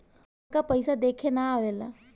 हमका पइसा देखे ना आवेला?